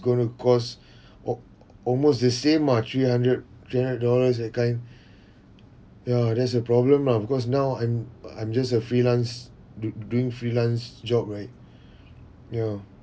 going to cost al~ almost the same ah three hundred three hundred dollars that kind ya that's the problem lah because now I'm I'm just a freelance do~ doing freelance job right ya